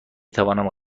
توانم